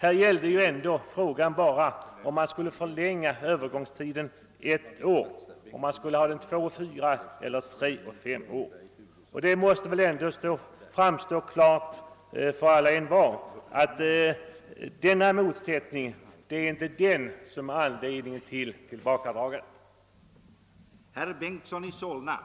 Här gällde det bara om man skulle förlänga övergångstiden med ett år, d.v.s. om den skulie vara två och fyra år eller tre och fem år. Det måste väl ändå framstå klart för alla och envar, att det inte är denna motsättning som är anledning till tillbakadragandet.